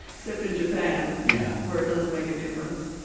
except in japan, yeah where it doesn't make a difference.